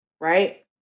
Right